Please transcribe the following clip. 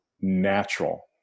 natural